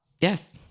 yes